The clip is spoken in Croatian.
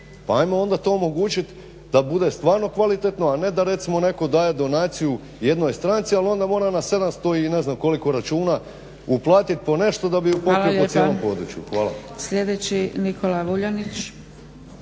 Pa ajmo onda to omogućiti da bude stvarno kvalitetno a ne da recimo daje donaciju jednoj stranci ali onda mora na 700 i ne znam koliko računa uplatiti po nešto da bi …/Govornik se ne razumije./… po cijelom području.